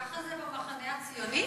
ככה זה במחנה הציוני?